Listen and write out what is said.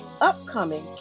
upcoming